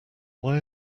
why